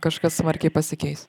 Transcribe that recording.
kažkas smarkiai pasikeis